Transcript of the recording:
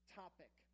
topic